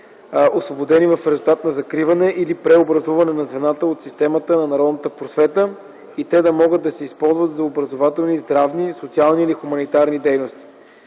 освободени в резултат на закриване или преобразуване на звената от системата на народната просвета, и те да могат да се използват за образователни, здравни, социални или хуманитарни дейности.